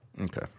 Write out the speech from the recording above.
Okay